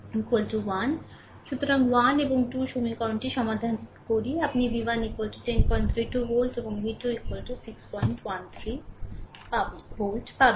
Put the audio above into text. সুতরাং 1 এবং 2 সমীকরণটি সমাধান করে আপনি v1 1032 ভোল্ট এবং v2 613 ভোল্ট পাবেন